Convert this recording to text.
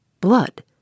Blood